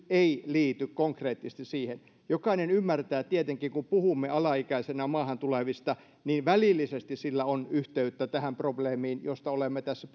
ei nyt liity konkreettisesti siihen jokainen ymmärtää tietenkin kun puhumme alaikäisenä maahan tulevista että välillisesti sillä on yhteyttä näihin probleemiin joista olemme tässä